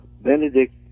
Benedict